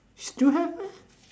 still have meh